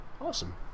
awesome